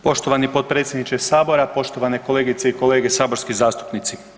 Poštovani potpredsjedniče Sabora, poštovane kolegice i kolege saborski zastupnici.